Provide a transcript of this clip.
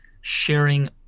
sharing